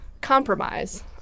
compromise